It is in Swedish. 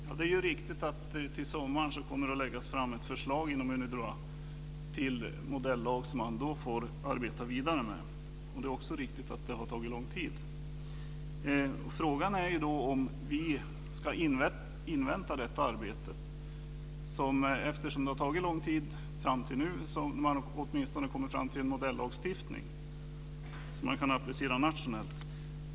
Fru talman! Det är riktigt att det till sommaren kommer att läggas fram ett förslag inom Unidroit vad avser en modellag som man sedan får arbeta vidare med. Det är också riktigt att det har tagit lång tid. Frågan är om vi ska invänta detta arbete. Det har ju tagit lång tid fram till nu att åtminstone komma fram till en modellagstiftning som kan appliceras nationellt.